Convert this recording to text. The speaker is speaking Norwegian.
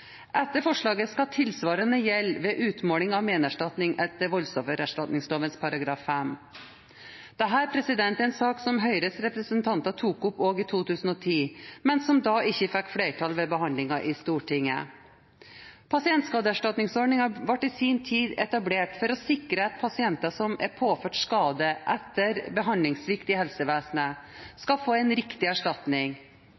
en sak som Høyres representanter tok opp også i 2010, men som da ikke fikk flertall ved behandlingen i Stortinget. Pasientskadeerstatningsordningen ble i sin tid etablert for å sikre at pasienter som er påført skade etter behandlingssvikt i helsevesenet, skal få en riktig erstatning.